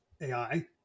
ai